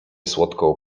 słodką